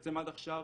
בעצם עד עכשיו